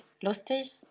lustig